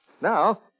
Now